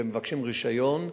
והם מבקשים רשיון,